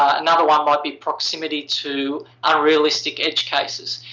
another one might be proximity to unrealistic edge cases.